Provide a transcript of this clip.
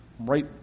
right